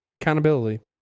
Accountability